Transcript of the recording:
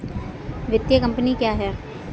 वित्तीय कम्पनी क्या है?